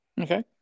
okay